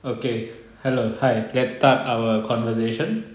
okay hello hi let's start our conversation